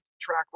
track